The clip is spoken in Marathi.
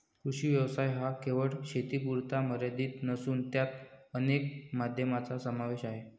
कृषी व्यवसाय हा केवळ शेतीपुरता मर्यादित नसून त्यात अनेक माध्यमांचा समावेश आहे